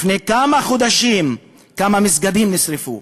לפני כמה חודשים כמה מסגדים נשרפו,